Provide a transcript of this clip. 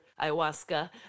ayahuasca